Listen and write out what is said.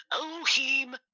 Elohim